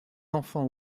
enfants